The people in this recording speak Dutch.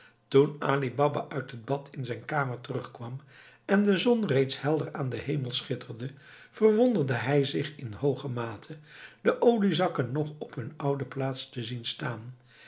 toen ali baba uit het bad in zijn kamer terugkwam en de zon reeds helder aan den hemel schitterde verwonderde hij zich in hooge mate de oliezakken nog op hun oude plaats te zien staan